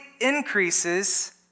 increases